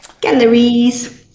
Galleries